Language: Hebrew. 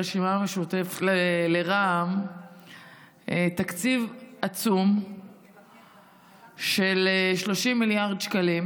לרע"מ תקציב עצום של 30 מיליארד שקלים,